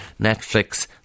Netflix